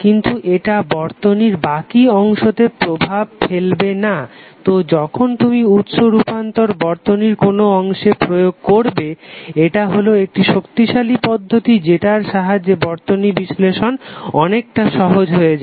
কিন্তু এটা বর্তনীর বাকি অংশেতে প্রভাব ফেলবে না তো যখন তুমি উৎস রূপান্তর বর্তনীর কোনো অংশে প্রয়োগ করবে এটা হলো একটি শক্তিশালী পদ্ধতি যেটার সাহায্যে বর্তনী বিশ্লেষণ অনেকটা সহজ হয়ে যায়